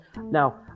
Now